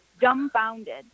dumbfounded